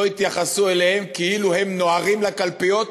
לא יתייחסו אליהם כאילו הם נוהרים לקלפיות,